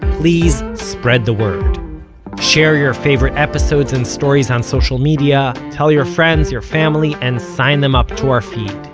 please spread the word share your favorite episodes and stories on social media, tell your friends, your family and sign them up to our feed.